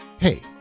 Hey